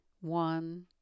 One